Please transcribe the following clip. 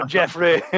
Jeffrey